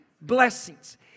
blessings